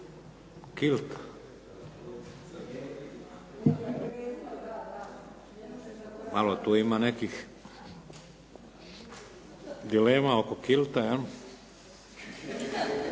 kilt. Malo tu ima nekih dilema oko kilta jel',